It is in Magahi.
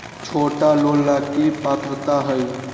छोटा लोन ला की पात्रता है?